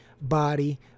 body